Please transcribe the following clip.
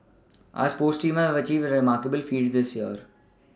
our sports teams have achieved a remarkable feats this year